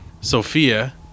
Sophia